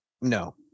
No